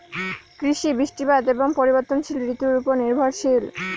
কৃষি বৃষ্টিপাত এবং পরিবর্তনশীল ঋতুর উপর নির্ভরশীল